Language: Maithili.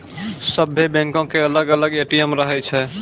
सभ्भे बैंको के अलग अलग ए.टी.एम रहै छै